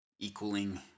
equaling